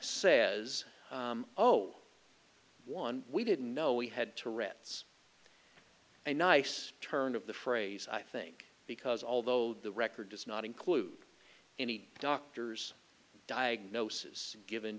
says oh one we didn't know we had tourette's a nice turn of the phrase i think because although the record does not include any doctor's diagnosis given